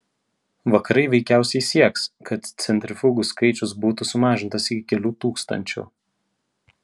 vakarai veikiausiai sieks kad centrifugų skaičius būtų sumažintas iki kelių tūkstančių